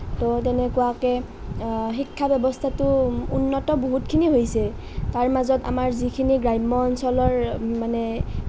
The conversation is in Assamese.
ত' তেনেকুৱাকে শিক্ষা ব্যৱস্থাটো উন্নত বহুতখিনি হৈছে তাৰ মাজত আমাৰ যিখিনি গ্ৰাম্য অঞ্চলৰ মানে